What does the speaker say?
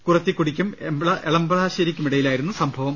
കുറത്തിക്കുടിക്കും എളബ്ലാശേരിക്കും ഇടയിലാരുന്നു സംഭവം